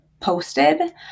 posted